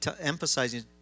emphasizing